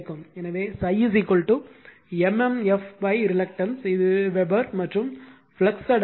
எனவே ∅ m m f reluctance இது weber மற்றும் ஃப்ளக்ஸ் அடர்த்தி B ∅ A